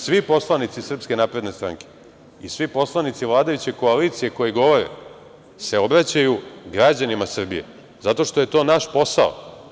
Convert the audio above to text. Svi poslanici SNS i svi poslanici vladajuće koalicije koji govore se obraćaju građanima Srbije zato što je to naš posao.